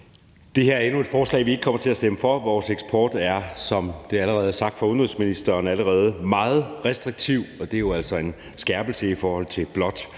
Det her er endnu et forslag, vi ikke kommer til at stemme for. Vores eksport er, som det allerede er sagt fra udenrigsministeren, allerede meget restriktiv, og det er jo altså en skærpelse i forhold til blot